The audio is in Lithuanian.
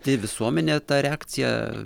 tai visuomenė ta reakcija